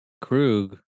Krug